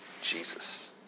Jesus